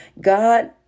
God